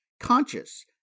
Conscious